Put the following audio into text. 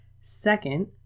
Second